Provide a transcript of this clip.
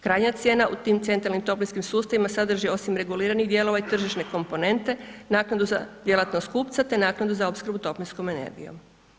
Krajnja cijena u tim centralnim toplinskim sustavima sadrži osim reguliranih dijelova i tržišne komponente, naknadu za djelatnost kupca, te naknadu za opskrbu toplinskom energijom.